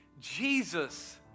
Jesus